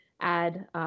add –